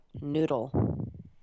Noodle